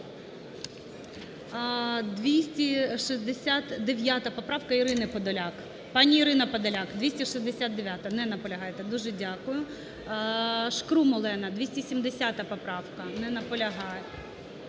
269 поправка Ірини Подоляк. Пані Ірина Подоляк, 269-а. Не наполягаєте. Дуже дякую. Шкрум Олена, 270-а поправка. Не наполягає.